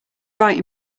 right